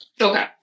Okay